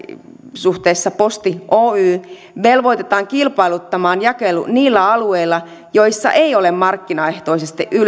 suhteessa posti oyj velvoitetaan kilpailuttamaan jakelu niillä alueilla joilla ei ole markkinaehtoisesti